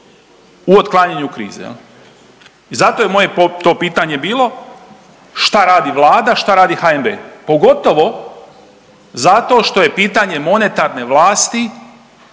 u otklanjanju krize i zato je moje to pitanje bilo šta radi Vlada, šta radi HNB, pogotovo zato što je pitanje monetarne vlasti